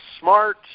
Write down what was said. smart